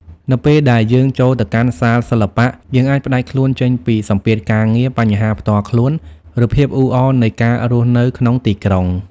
នៅពេលដែលយើងចូលទៅកាន់សាលសិល្បៈ យើងអាចផ្តាច់ខ្លួនចេញពីសម្ពាធការងារ បញ្ហាផ្ទាល់ខ្លួន ឬភាពអ៊ូអរនៃការរស់នៅក្នុងទីក្រុង។